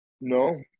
No